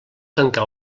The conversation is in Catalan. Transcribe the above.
tancar